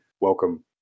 Welcome